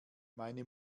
meine